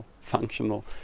functional